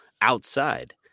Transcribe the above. outside